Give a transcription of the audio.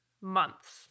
months